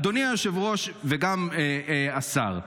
אדוני היושב-ראש וגם השר,